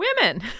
women